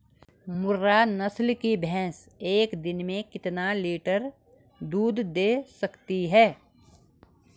मुर्रा नस्ल की भैंस एक दिन में कितना लीटर दूध दें सकती है?